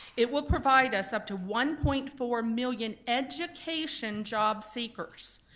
it will provide us up to one point four million education job seekers.